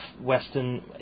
Western